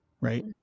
right